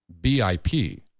BIP